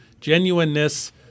genuineness